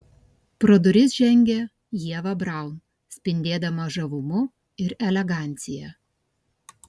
pro duris žengė ieva braun spindėdama žavumu ir elegancija